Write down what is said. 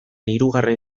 hirugarren